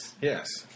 Yes